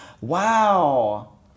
wow